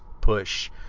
push